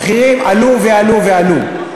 המחירים עלו ועלו ועלו.